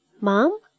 Mom